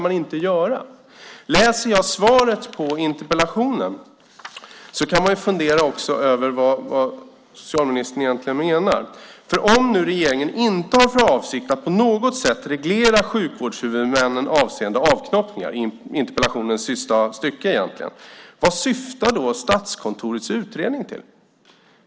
Med tanke på svaret på interpellationen kan man fundera över vad socialministern egentligen menar. Om regeringen inte har för avsikt att på något sätt reglera för sjukvårdshuvudmännen avseende avknoppningar - interpellationens sista stycke - vad syftar Statskontorets utredning till?